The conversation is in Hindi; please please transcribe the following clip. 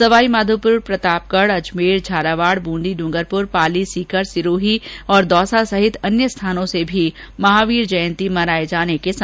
सवाईमाधोपुर प्रतापगढ़ अजमेर झालावाड ब्रंदी ड्गरपुर पाली सीकर सिरोही और दौसा सहित अन्य स्थानों से भी महावीर जयंती मनाये जाने के समाचार है